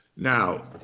now,